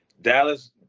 Dallas